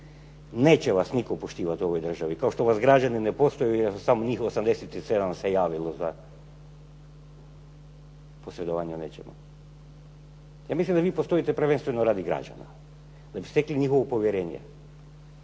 neće vas nitko poštivati u ovoj državi, kao što vas građani ne poštuju. Jer samo njih 87 se javilo za posredovanje u nečemu. Ja mislim da vi postojite prvenstveno radi građana. Da bi stekli njihovo povjerenje